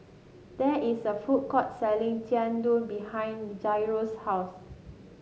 there is a food court selling Jian Dui behind Jairo's house